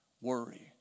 worry